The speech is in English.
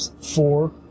Four